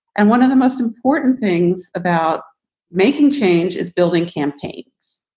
and one of the most important things about making change is building campaigns.